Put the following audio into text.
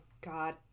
God